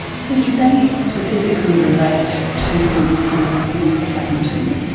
so did they specifically relate to some of the things that happen to you?